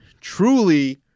truly